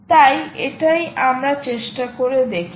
তাই এটাই আমরা চেষ্টা করে দেখি